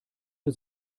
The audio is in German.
für